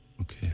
okay